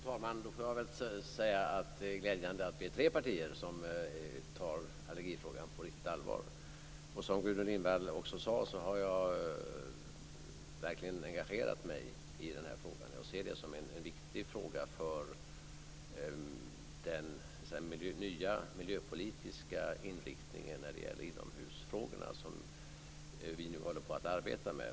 Fru talman! Då får jag säga att det är glädjande att det är tre partier som tar allergifrågan på riktigt allvar. Som Gudrun Lindvall också sade har jag verkligen engagerat mig i denna fråga. Jag ser det som en viktig fråga för den nya miljöpolitiska inriktningen när det gäller inomhusfrågorna, som vi nu håller på att arbeta med.